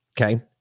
Okay